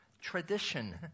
tradition